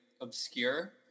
obscure